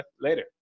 later